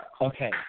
Okay